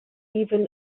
even